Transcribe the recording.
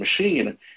machine